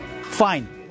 Fine